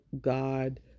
God